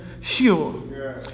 sure